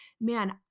man